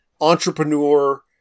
entrepreneur